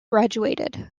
graduated